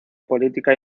política